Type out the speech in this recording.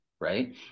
Right